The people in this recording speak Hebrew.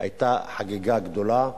היתה חגיגה גדולה.